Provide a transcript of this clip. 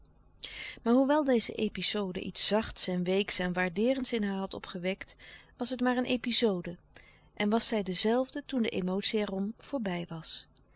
maar hoewel deze epizode iets zachts en weeks en waardeerends in haar had opgewekt was het maar een epizode en was zij de zelfde toen de emotie er om voorbij was